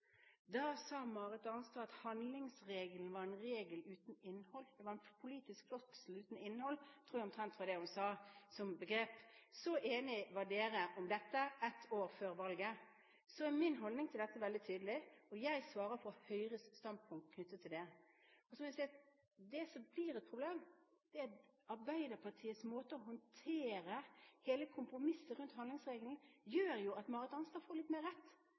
Da sa Marit Arnstad at handlingsregelen var en regel uten innhold – det var en politisk floskel uten innhold, tror jeg var omtrent det hun brukte som begrep. Så enige var dere om dette ett år før valget. Så er min holdning til dette veldig tydelig: Jeg svarer for Høyres standpunkt knyttet til dette. Det som blir et problem, er at Arbeiderpartiets måte å håndtere hele kompromisset rundt handlingsregelen på, gjør at Marit Arnstad får litt mer rett.